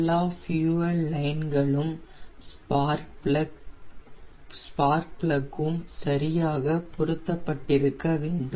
எல்லா fuel line களும் spark plug உம் சரியாக பொருத்தப்பட்டிருக்க வேண்டும்